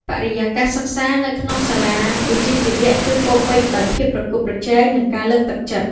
បរិយាកាសសិក្សានៅក្នុងសាលាវិជ្ជាជីវៈគឺពោរពេញដោយភាពប្រកួតប្រជែងនិងការលើកទឹកចិត្ត។